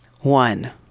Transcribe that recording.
one